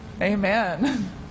Amen